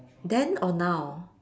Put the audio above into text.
then or now